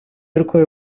рукою